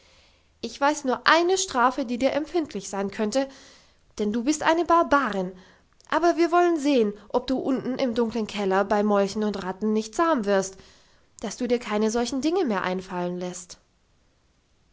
ich weiß nur eine strafe die dir empfindlich sein könnte denn du bist eine barbarin aber wir wollen sehen ob du unten im dunklen keller bei molchen und ratten nicht zahm wirst dass du dir keine solchen dinge mehr einfallen lässt